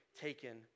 taken